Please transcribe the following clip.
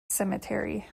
cemetery